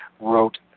wrote